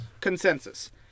Consensus